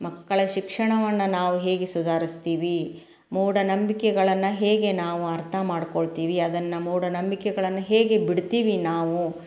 ಮಕ್ಕಳ ಶಿಕ್ಷಣವನ್ನ ನಾವು ಹೇಗೆ ಸುಧಾರಿಸ್ತೀವಿ ಮೂಢನಂಬಿಕೆಗಳನ್ನು ಹೇಗೆ ನಾವು ಅರ್ಥ ಮಾಡ್ಕೊಳ್ತೀವಿ ಅದನ್ನು ಮೂಢನಂಬಿಕೆಗಳನ್ನು ಹೇಗೆ ಬಿಡ್ತೀವಿ ನಾವು